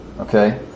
Okay